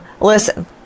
listen